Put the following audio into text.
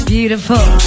beautiful